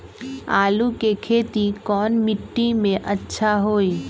आलु के खेती कौन मिट्टी में अच्छा होइ?